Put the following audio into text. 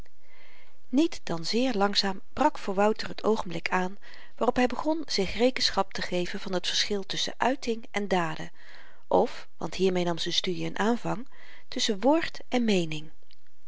niet dan zeer langzaam brak voor wouter t oogenblik aan waarop hy begon zich rekenschap te geven van t verschil tusschen uiting en daden of want hiermee nam z'n studie n aanvang tusschen woord en meening